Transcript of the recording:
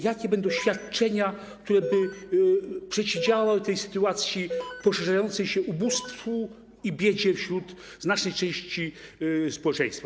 Jakie będą świadczenia, które by przeciwdziałały tej sytuacji, poszerzającemu się ubóstwu i biedzie wśród znacznej części społeczeństwa?